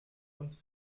und